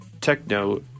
techno